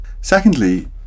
Secondly